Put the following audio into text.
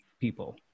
people